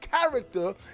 character